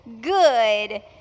good